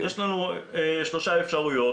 יש לנו שלוש אפשרויות